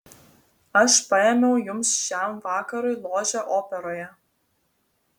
aš paėmiau jums šiam vakarui ložę operoje